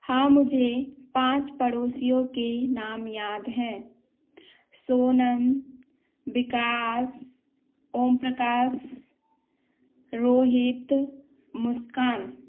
हाँ मुझे पाँच पड़ोसियों के नाम याद हैं सोनम विकास ओम प्रकाश रोहित मुस्कान